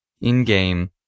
in-game